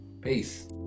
Peace